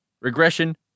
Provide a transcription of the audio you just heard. regression